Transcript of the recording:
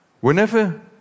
Whenever